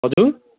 हजुर